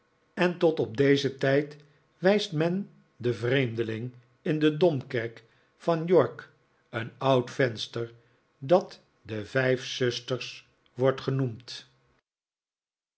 en tot op dezen tijd wijst men den vreemdeling in de domkerk van york een oud venster dat de vijf zusters wordt genoemd